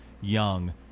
Young